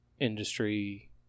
industry